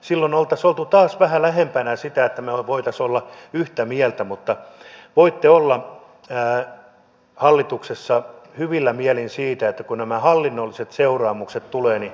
silloin oltaisiin oltu taas vähän lähempänä sitä että me voisimme olla yhtä mieltä mutta voitte olla hallituksessa hyvillä mielin siitä että kun nämä hallinnolliset seuraamukset tulevat niin oppositio painaa vihreää